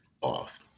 off